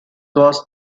was